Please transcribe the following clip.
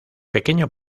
pequeño